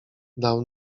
dał